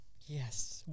Yes